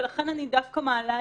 ולכן אני מעלה את זה דווקא עכשיו.